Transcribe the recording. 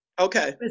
Okay